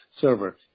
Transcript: server